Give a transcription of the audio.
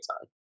time